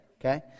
okay